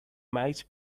might